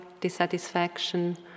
dissatisfaction